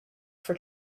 for